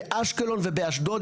באשקלון ובאשדוד,